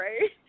right